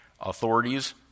authorities